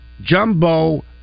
jumbo